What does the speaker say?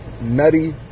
Nutty